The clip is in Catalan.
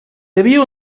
havia